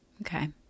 Okay